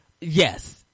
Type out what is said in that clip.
yes